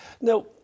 Now